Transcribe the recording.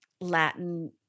Latin